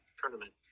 tournament